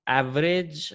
average